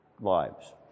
lives